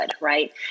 right